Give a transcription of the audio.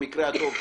במקרה הטוב,